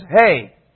hey